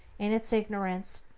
in its ignorance,